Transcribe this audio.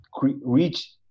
reach